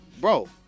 bro